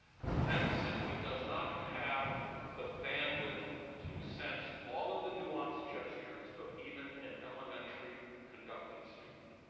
the kinect simply does not have the bandwidth to sense all of the nuanced gestures of even an elementary conducting student.